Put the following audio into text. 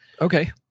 Okay